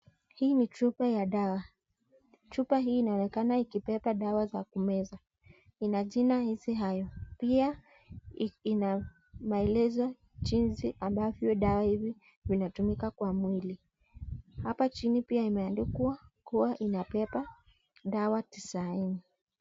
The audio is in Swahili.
Hii ni chupa ya dawa. Chupa hii inaonekana ikibeba dawa za kumeza. Ina jina easy iron . Pia ina maelezo jinsi ambavyo dawa hivi vinatumika kwa mwili. Hapa chini imeandikwa kuwa inabeba dawa tisaini.